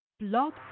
Blog